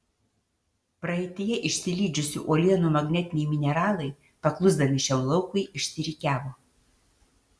praeityje išsilydžiusių uolienų magnetiniai mineralai paklusdami šiam laukui išsirikiavo